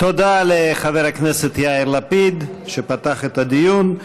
תודה לחבר הכנסת יאיר לפיד, שפתח את הדיון.